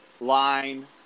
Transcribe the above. line